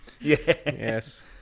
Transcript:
yes